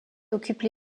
occupent